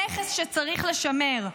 "נכס שצריך לשמר".